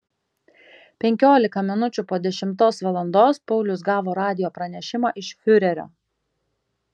penkiolika minučių po dešimtos valandos paulius gavo radijo pranešimą iš fiurerio